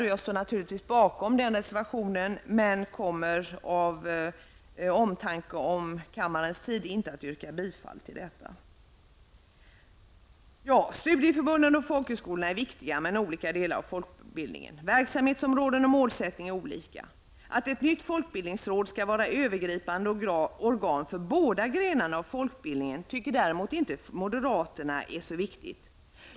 Men även om jag står bakom den reservationen, yrkar jag av omtanke om kammarens tid inte bifall till den. Studieförbunden och folkhögskolorna är viktiga men olika delar av folkbildningen. Verksamhetsområden och målsättning är olika. Att ett nytt folkbildningsråd skall var ett övergripande organ för båda grenarna av folkbildningen tycker däremot inte moderaterna är så viktigt.